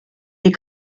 die